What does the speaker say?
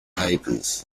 papers